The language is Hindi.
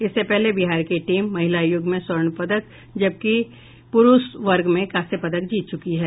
इससे पहले बिहार की टीम महिला युगल में स्वर्ण पदक जबकि पुरूष वर्ग में कांस्य पदक जीत चुकी है